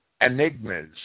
Enigmas